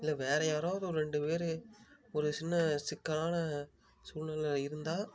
இல்லை வேற யாராவது ஒரு ரெண்டு பேர் ஒரு சின்ன சிக்கலான சூழ்நிலையில இருந்தால்